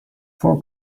for